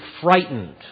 frightened